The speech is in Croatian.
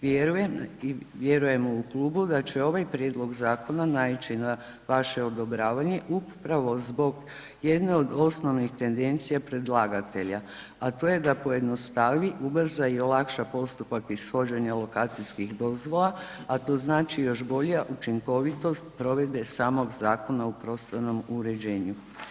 Vjerujemo u ... da će ovaj prijedlog zakona naići na vaše odobravanje upravo zbog jedne od osnovnih tendencija predlagatelja, a to je da pojednostavi, ubrza i olakša postupak ishođenja lokacijskih dozvola, a to znači još bolja učinkovitost provedbe samog Zakona o prostornom uređenju.